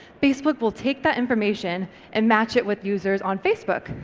facebook will take that information and match it with users on facebook.